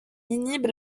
inhibe